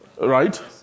Right